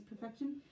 perfection